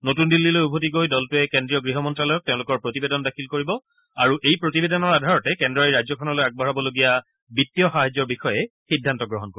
নতুন দিল্লীলৈ উভতি গৈ দলটোৱে কেন্দ্ৰীয় গৃহমন্ত্যালয়ক তেওঁলোকৰ প্ৰতিবেদন দাখিল কৰিব আৰু এই প্ৰতিবেদনৰ আধাৰতে কেন্দ্ৰই ৰাজ্যখনলৈ আগবঢ়াবলগীয়া বিত্তীয় সাহায্যৰ বিষয়ে সিদ্ধান্ত গ্ৰহণ কৰিব